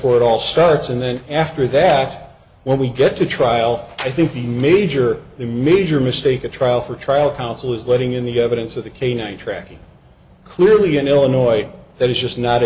where it all starts and then after that when we get to trial i think the major major mistake a trial for a trial counsel is letting in the evidence of the canine tracking clearly in illinois that is just not